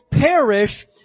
perish